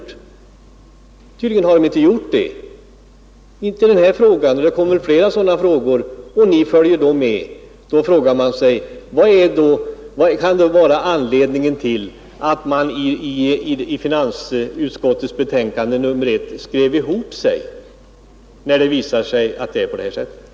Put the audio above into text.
Men tydligen har de inte gjort det — inte i den här frågan åtminstone, och det kommer troligen så småningom flera sådana frågor. Vi får se var mittenpartierna då står!